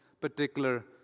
particular